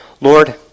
Lord